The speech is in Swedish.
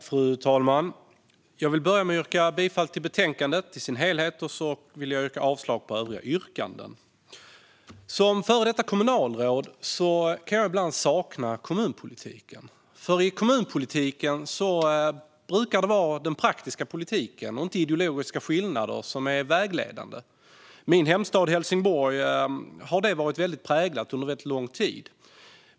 Fru talman! Jag vill börja med att yrka bifall till förslaget i betänkandet i dess helhet och avslag på övriga yrkanden. Som före detta kommunalråd kan jag ibland sakna kommunpolitiken. I kommunpolitiken brukar det vara den praktiska politiken och inte ideologiska skillnader som är vägledande. Min hemstad Helsingborg har varit präglad av detta under lång tid.